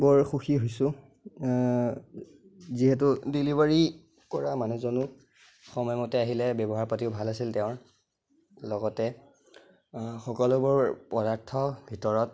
বৰ সুখী হৈছোঁ যিহেতু ডেলিভাৰী কৰা মানুহজনো সময় মতে আহিলে ব্যৱহাৰ পাতিও ভাল আছিল তেওঁৰ লগতে সকলোবোৰ পদাৰ্থ ভিতৰত